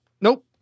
Nope